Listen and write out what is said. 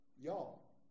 Y'all